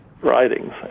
writings